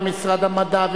ומשרד המדע,